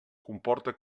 comporta